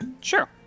Sure